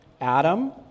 adam